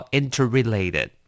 interrelated